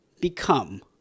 become